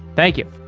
thank you.